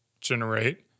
generate